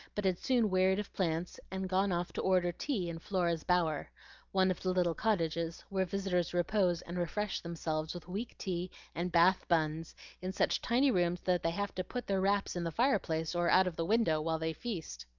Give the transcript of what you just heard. but had soon wearied of plants and gone off to order tea in flora's bower one of the little cottages where visitors repose and refresh themselves with weak tea and bath buns in such tiny rooms that they have to put their wraps in the fireplace or out of the window while they feast.